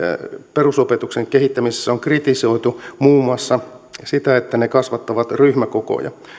perusopetuksen kehittämisessä on kritisoitu muun muassa siitä että ne kasvattavat ryhmäkokoja